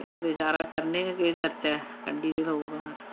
ते गजारा करने केह् करचै कंडी दे लोग आं अस